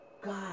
God